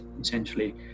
essentially